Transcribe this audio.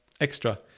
extra